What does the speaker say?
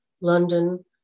London